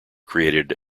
created